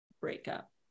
breakup